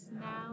now